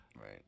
Right